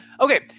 okay